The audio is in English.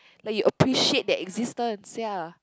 like you appreciate their existence ya